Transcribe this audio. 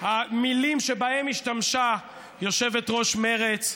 המילים שבהן השתמשה יושבת-ראש מרצ,